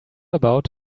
about